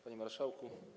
Panie Marszałku!